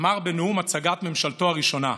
אמר בנאום הצגת ממשלתו הראשונה: